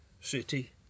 city